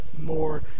more